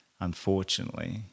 unfortunately